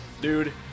dude